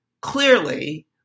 clearly